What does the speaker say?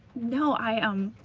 no, i um,